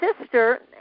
sister